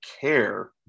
care